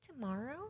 tomorrow